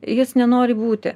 jis nenori būti